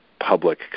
public